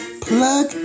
Plug